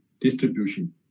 distribution